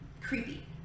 creepy